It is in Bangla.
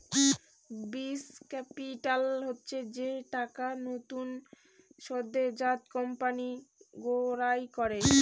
বীজ ক্যাপিটাল হচ্ছে যে টাকা নতুন সদ্যোজাত কোম্পানি জোগাড় করে